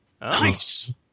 Nice